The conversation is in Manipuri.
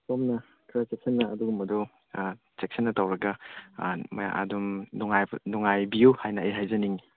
ꯁꯣꯝꯅ ꯈꯔ ꯆꯦꯛꯁꯤꯟꯅ ꯑꯗꯨꯒꯨꯝꯕꯗꯣ ꯆꯦꯛꯁꯤꯟꯅ ꯇꯧꯔꯒ ꯑꯗꯨꯝ ꯅꯨꯡꯉꯥꯏꯕ ꯅꯨꯡꯉꯥꯏꯕꯤꯌꯨ ꯍꯥꯏꯅ ꯑꯩ ꯍꯥꯏꯖꯅꯤꯡꯉꯤ